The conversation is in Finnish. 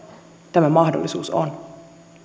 tämä mahdollisuus on